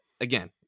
again